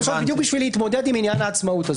זה בדיוק בשביל להתמודד עם עניין העצמאות.